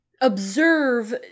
observe